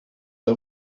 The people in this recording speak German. der